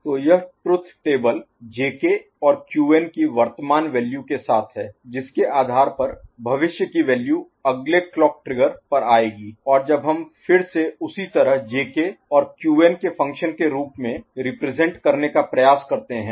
तो यह truth table J K और Qn की वर्तमान वैल्यू के साथ हैं जिसके आधार पर भविष्य की वैल्यू अगले क्लॉक ट्रिगर पर आएगी और जब हम फिर से उसी तरह J K और Qn के फ़ंक्शन के रूप में रिप्रेजेंट करने का प्रयास करते हैं